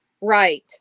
right